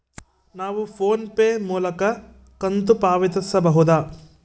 ನಾವು PhonePe ಮೂಲಕ ಕಂತು ಪಾವತಿಸಬಹುದಾ?